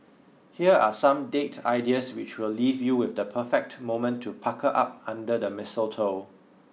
here are some date ideas which will leave you with the perfect moment to pucker up under the mistletoe